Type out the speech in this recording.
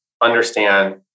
understand